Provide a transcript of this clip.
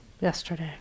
yesterday